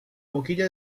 boquilla